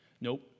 nope